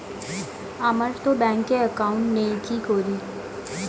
আমারতো ব্যাংকে একাউন্ট নেই কি করি?